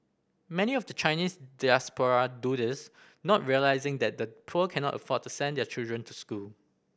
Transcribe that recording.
many of the Chinese diaspora do this not realising that the poor cannot afford to send their children to school